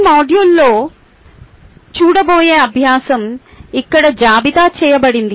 ఈ మాడ్యూల్లో చూడబోయే అభ్యాసం ఇక్కడ జాబితా చేయబడింది